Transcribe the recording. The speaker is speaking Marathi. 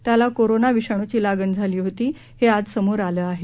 त्याला कोरोना विषाणूची लागण झाली होती हे आज समोर आलं आहे